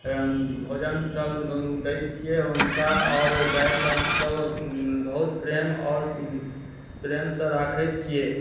भोजन सब दए छिऐ हुनका आओर गायके हमसब बहुत प्रेम आओर प्रेमसंँ राखए छिऐ